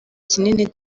kinini